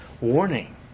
warning